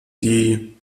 die